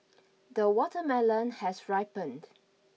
the watermelon has ripened